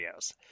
videos